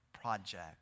project